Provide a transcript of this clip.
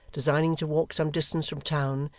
designing to walk some distance from town,